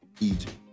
Egypt